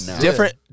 Different